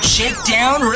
Shakedown